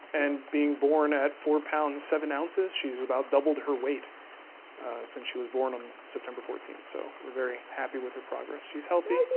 and being born at four pounds seven ounces, ounces, she's about doubled her weight since she was born on september fourteenth. so we're very happy with her progress. she's healthy.